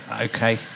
okay